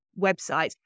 websites